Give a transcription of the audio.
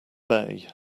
bay